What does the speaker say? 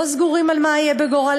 לא סגורים על מה יעלה בגורלם.